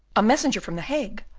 a messenger from the hague!